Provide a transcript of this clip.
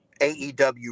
AEW